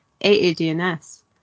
AADNS